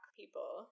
people